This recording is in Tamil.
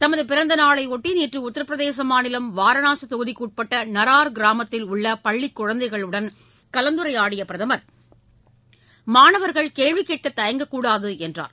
தமது பிறந்தநாளை ஒட்டி நேற்று உத்தரப்பிரதேச மாநிலம் வாரணாசி தொகுதிக்குட்பட்ட நறார் கிராமத்தில் உள்ள பள்ளிக் குழந்தைகளுடன் கலந்துரையாடிய பிரதமர் மாணவர்கள் கேள்வி கேட்க தயங்கக்கூடாது என்றார்